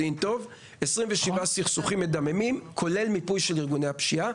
27 סכסוכים מדממים, כולל מיפוי של ארגוני הפשיעה.